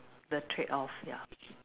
the trade-off ya